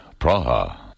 Praha